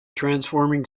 transforming